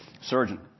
surgeon